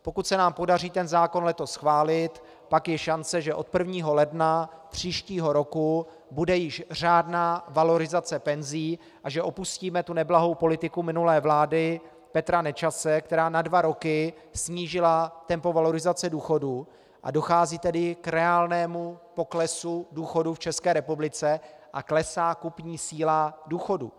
Pokud se nám podaří zákon letos schválit, pak je šance, že od 1. ledna příštího roku bude již řádná valorizace penzí a že opustíme neblahou politiku minulé vlády Petra Nečase, která na dva roky snížila tempo valorizace důchodů, a dochází tedy k reálnému poklesu důchodů v České republice a klesá kupní síla důchodců.